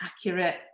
accurate